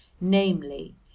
namely